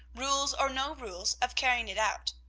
rules or no rules, of carrying it out.